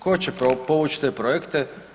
Ko će povuć te projekte?